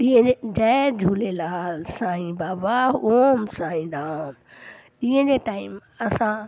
ॾींहं जे जय झूलेलाल साईं बाबा ओम साईं राम ॾींहं जे टाइम असां